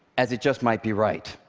as it just might be right.